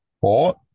Four